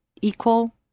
equal